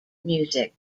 music